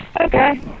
okay